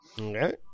Okay